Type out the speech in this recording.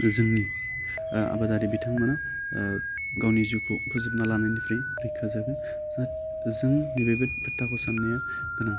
जोंनि ओह आबादारि बिथांमोनहा गावनि जिउखौ फोजोबना लानायनिफ्राइ रैखा जागोन जाय जों नै बेफोर खोथाखौ सान्नाया गोनां